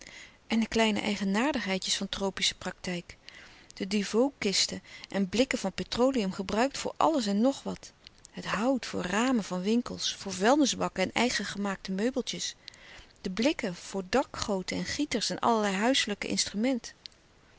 en de kleine eigenaardigheidjes van tropische praktijk de devoe kisten en blikken van petroleum gebruikt voor alles en nog wat het hout voor ramen van winkels voor vuilnisbakken en eigen gemaakte meubeltjes de blikken voor dakgoten en gieters en allerlei huiselijk instrument